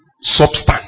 substance